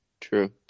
True